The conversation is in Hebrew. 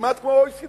כמעט כמו ה-OECD,